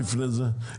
נקודות חלוקה.